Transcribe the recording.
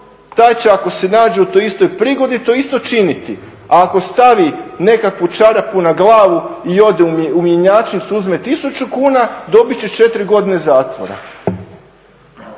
taj će ako se nađe u toj prigodi to isto učiniti. A ako stavi nekakvu čarapu na glavu i ode u mjenjačnicu i uzme tisuću kuna dobit će 4 godine zatvora.